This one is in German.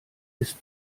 ist